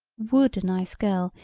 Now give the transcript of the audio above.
would a nice girl,